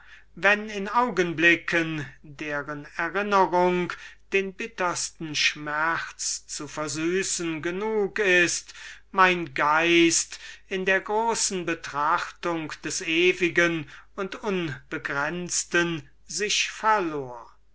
wenn in augenblicken deren erinnerung den bittersten schmerz zu versüßen genug ist mein geist in der großen betrachtung des ewigen und unbegrenzten sich verlor ja